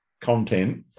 content